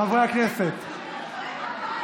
חברי הכנסת,